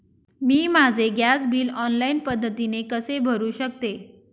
मी माझे gas bill online पद्धतीने कसे भरु शकते?